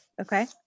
Okay